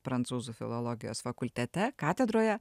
prancūzų filologijos fakultete katedroje